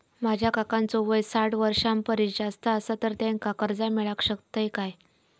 माझ्या काकांचो वय साठ वर्षां परिस जास्त आसा तर त्यांका कर्जा मेळाक शकतय काय?